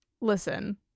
listen